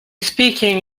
speaking